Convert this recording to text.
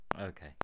okay